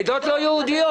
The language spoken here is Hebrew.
עדות לא יהודיות.